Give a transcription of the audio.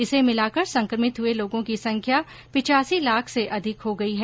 इसे मिलाकर संक्रमित हुए लोगों की संख्या पिचासी लाख से अधिक हो गई है